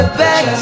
back